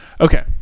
Okay